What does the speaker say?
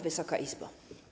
Wysoka Izbo!